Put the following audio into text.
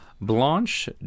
Blanche